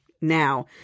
now